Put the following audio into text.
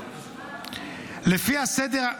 לפי הסדר,